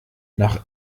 nach